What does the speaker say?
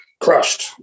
crushed